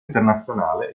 internazionale